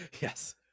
Yes